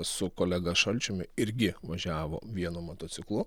su kolega šalčiumi irgi važiavo vienu motociklu